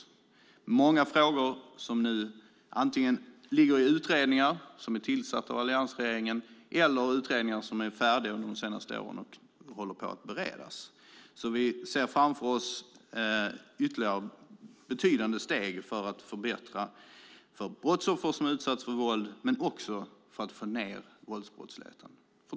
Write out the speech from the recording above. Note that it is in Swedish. Det är många frågor som antingen behandlas i utredningar som är tillsatta av alliansregeringen eller i utredningar som har blivit färdiga under de senaste åren och nu bereds. Vi ser framför oss ytterligare betydande steg för att förbättra för brottsoffer som utsatts för våld och för att få ned våldsbrottsligheten.